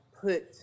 put